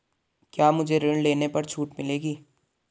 क्या मुझे ऋण लेने पर छूट मिलेगी?